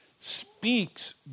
speaks